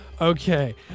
Okay